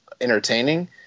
entertaining